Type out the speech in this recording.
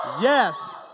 Yes